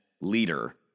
leader